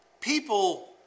People